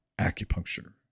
acupuncture